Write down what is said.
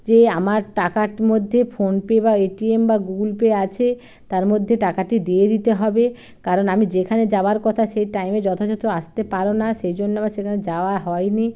যে আমার টাকার মধ্যে ফোনপে বা এটিএম বা গুগল পে আছে তার মধ্যে টাকাটি দিয়ে দিতে হবে কারণ আমি যেখানে যাওয়ার কথা সেই টাইমে যথাযথ আসতে পারো না সেই জন্য আমার সেখানে যাওয়া হয়নি